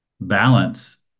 balance